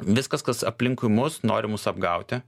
viskas kas aplink mus nori mus apgauti